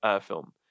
film